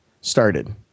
started